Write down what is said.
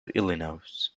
illinois